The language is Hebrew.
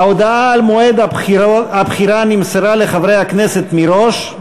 ההודעה על מועד הבחירה נמסרה לחברי הכנסת מראש,